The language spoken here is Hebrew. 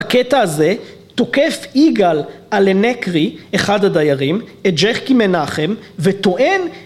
הקטע הזה תוקף יגאל אלנקרי, אחד הדיירים, את ג'קי מנחם וטוען